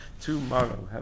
tomorrow